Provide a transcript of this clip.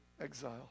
exile